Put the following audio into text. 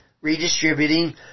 redistributing